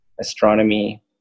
astronomy